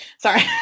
sorry